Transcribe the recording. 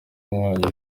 inkongi